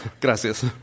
Gracias